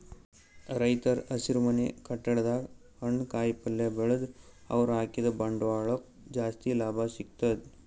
ರೈತರ್ ಹಸಿರುಮನೆ ಕಟ್ಟಡದಾಗ್ ಹಣ್ಣ್ ಕಾಯಿಪಲ್ಯ ಬೆಳದ್ರ್ ಅವ್ರ ಹಾಕಿದ್ದ ಬಂಡವಾಳಕ್ಕ್ ಜಾಸ್ತಿ ಲಾಭ ಸಿಗ್ತದ್